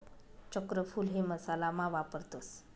चक्रफूल हे मसाला मा वापरतस